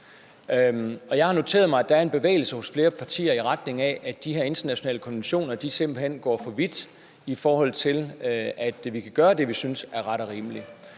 jeg har noteret mig, at der er en bevægelse hos flere partier i retning af, at de her internationale konventioner simpelt hen går for vidt, altså i forhold til vores mulighed for at gøre det, vi synes er ret og rimeligt.